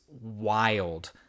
wild